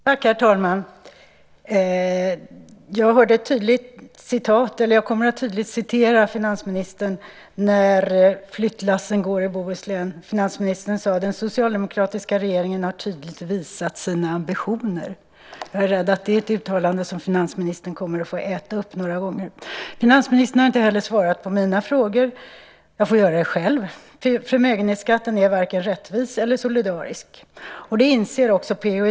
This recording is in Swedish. Herr talman! Jag kommer att citera finansministern när flyttlassen går i Bohuslän. Finansministern sade: Den socialdemokratiska regeringen har tydligt visat sina ambitioner. Jag är rädd att det är ett uttalande som finansministern kommer att få äta upp några gånger. Finansministern har inte heller svarat på mina frågor, så jag får göra det själv. Förmögenhetsskatten är varken rättvis eller solidarisk. Det inser också P.-O.